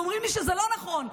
ואומרים לי שזה לא נכון,